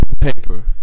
paper